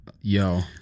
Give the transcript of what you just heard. Yo